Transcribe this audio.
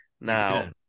Now